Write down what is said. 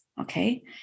Okay